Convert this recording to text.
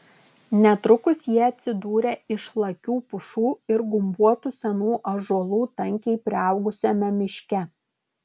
netrukus jie atsidūrė išlakių pušų ir gumbuotų senų ąžuolų tankiai priaugusiame miške